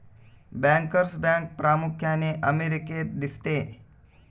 bankers bank प्रामुख्याने अमेरिकेत दिसते